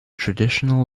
traditional